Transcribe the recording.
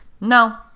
no